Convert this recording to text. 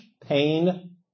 pain